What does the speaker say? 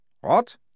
What